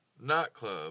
nightclub